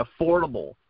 affordable